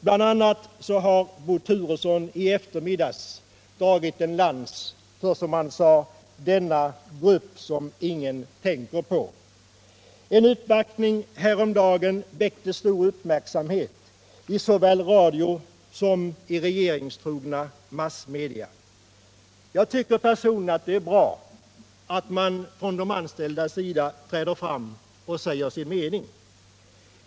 I eftermiddags drog Bo Turesson en lans för, som han sade, denna grupp som ingen tänker på. En uppvaktning häromdagen väckte stor uppmärksamhet i såväl radio som regeringstrogna massmedia. Jag tycker personligen att det är bra att de anställda framträder och säger sin mening.